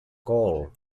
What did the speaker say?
gaul